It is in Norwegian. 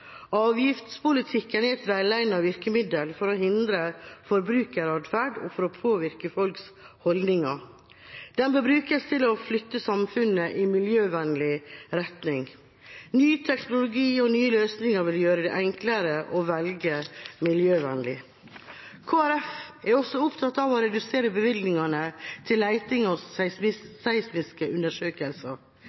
Avgiftspolitikken er et velegnet virkemiddel for å hindre forbrukeratferd og for å påvirke folks holdninger. Den bør brukes til å flytte samfunnet i miljøvennlig retning. Ny teknologi og nye løsninger vil gjøre det enklere å velge miljøvennlig. Kristelig Folkeparti er også opptatt av å redusere bevilgningene til leting og